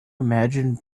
imagine